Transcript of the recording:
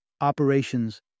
Operations